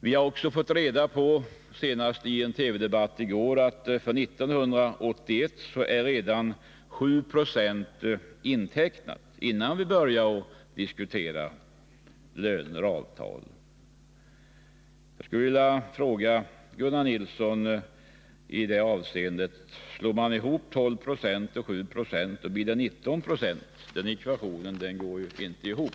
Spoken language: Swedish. Vi har också fått reda på — senast i en TV-debatt i går — att för 1981 är redan 7 96 intecknade innan man börjar diskutera löner och avtal. Jag skulle vilja säga till Gunnar Nilsson: Lägger man samman 12 20 och 7 Jo, så blir det 19 20. Den ekvationen går ju inte ihop.